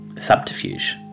subterfuge